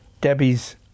Debbie's